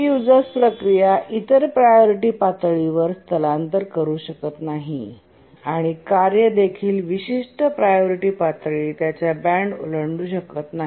ही users प्रक्रिया इतर priority पातळीवर स्थलांतर करू शकत नाही आणि कार्य देखील विशिष्ट प्रायोरिटी पातळी त्याच्या बँड ओलांडू शकत नाही